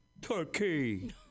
turkey